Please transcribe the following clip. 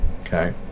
Okay